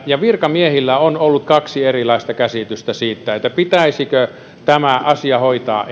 ja virkamiehillä on ollut kaksi erilaista käsitystä siitä pitäisikö tämä asia hoitaa